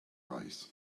reichs